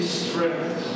strength